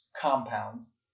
compounds